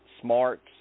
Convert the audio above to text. smarts